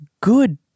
good